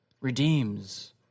redeems